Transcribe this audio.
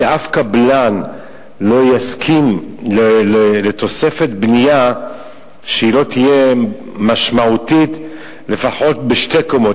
כי אף קבלן לא יסכים לתוספת בנייה שלא תהיה משמעותית לפחות בשתי קומות,